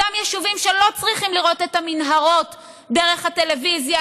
אותם יישובים שלא צריכים לראות את המנהרות דרך הטלוויזיה,